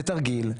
זה תרגיל,